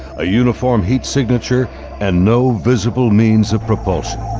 a uniform heat signature and no visible means of propulsion.